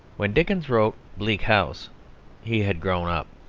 when dickens wrote bleak house he had grown up.